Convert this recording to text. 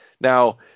Now